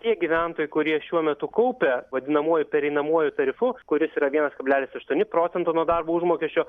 tie gyventojai kurie šiuo metu kaupia vadinamuoju pereinamuoju tarifu kuris yra vienas kablelis aštuoni procento nuo darbo užmokesčio